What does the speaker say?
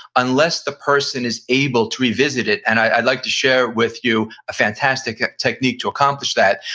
unless the person is able to revisit it and i'd like to share with you a fantastic ah technique to accomplish that.